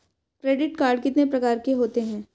Credit card कितने प्रकार के होते हैं?